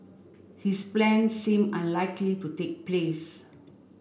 his plans seem unlikely to take place